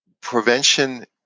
prevention